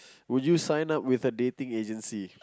would you sign up with a dating agency